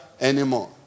anymore